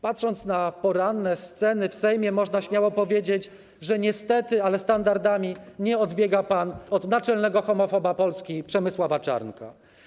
Patrząc na poranne sceny w Sejmie, można śmiało powiedzieć, że niestety, ale standardami nie odbiega pan od naczelnego homofoba Polski, Przemysława Czarnka.